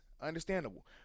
Understandable